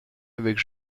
avec